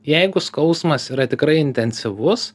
jeigu skausmas yra tikrai intensyvus